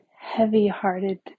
heavy-hearted